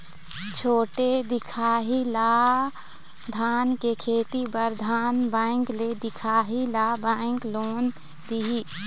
छोटे दिखाही ला धान के खेती बर धन बैंक ले दिखाही ला बैंक लोन दिही?